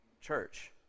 church